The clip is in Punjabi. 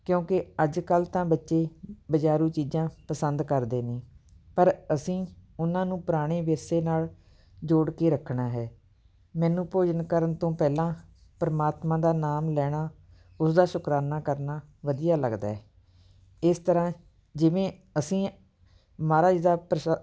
ਕਿਉਂਕਿ ਅੱਜ ਕੱਲ੍ਹ ਤਾਂ ਬੱਚੇ ਬਜ਼ਾਰੂ ਚੀਜ਼ਾਂ ਪਸੰਦ ਕਰਦੇ ਨੇ ਪਰ ਅਸੀਂ ਉਹਨਾਂ ਨੂੰ ਪੁਰਾਣੇ ਵਿਰਸੇ ਨਾਲ ਜੋੜ ਕੇ ਰੱਖਣਾ ਹੈ ਮੈਨੂੰ ਭੋਜਨ ਕਰਨ ਤੋਂ ਪਹਿਲਾਂ ਪਰਮਾਤਮਾ ਦਾ ਨਾਮ ਲੈਣਾ ਉਸਦਾ ਸ਼ੁਕਰਾਨਾ ਕਰਨਾ ਵਧੀਆ ਲੱਗਦਾ ਹੈ ਇਸ ਤਰ੍ਹਾਂ ਜਿਵੇਂ ਅਸੀਂ ਮਹਾਰਾਜ ਦਾ ਪ੍ਰਸ਼ਾ